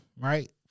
right